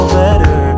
better